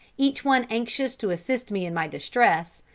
each one anxious to assist me in my distress,